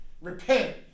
repent